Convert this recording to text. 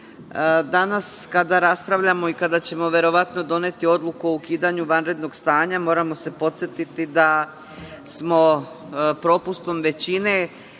danas kada raspravljamo i kada ćemo verovatno doneti odluku o ukidanju vanrednog stanja, moramo se podsetiti da smo propustom većine